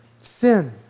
sin